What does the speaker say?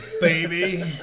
baby